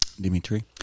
Dimitri